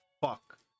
fuck